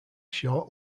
short